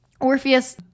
Orpheus